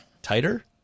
tighter